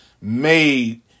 made